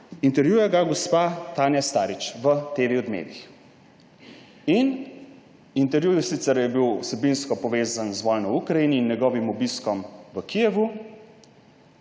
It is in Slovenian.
intervjuja ga gospa Tanja Starič v TV Odmevih. Intervju je bil sicer vsebinsko povezan z vojno v Ukrajini in njegovim obiskom v Kijevu,